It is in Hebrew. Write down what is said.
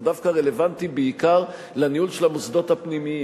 הוא דווקא רלוונטי בעיקר לניהול של המוסדות הפנימיים,